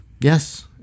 Yes